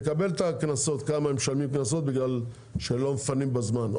אנחנו נקבל את הנתון כמה הם משלמים קנסות בגלל שלא מפנים בזמן,